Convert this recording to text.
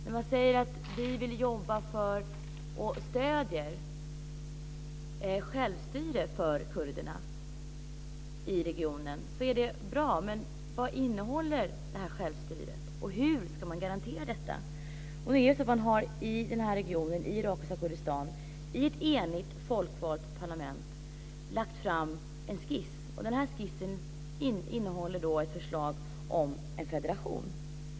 När man säger att man vill jobba för och stöder självstyre för kurderna i regionen är det bra, men vad innehåller det här självstyret och hur ska man garantera det? Ett enigt folkvalt parlament i irakiska Kurdistan har lagt fram en skiss. Skissen innehåller ett förslag om en federation.